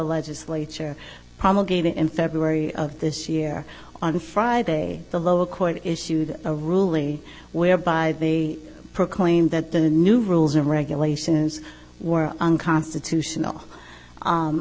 legislature promulgated in february of this year on friday the lower court issued a ruling whereby they proclaimed that the new rules and regulations were unconstitutional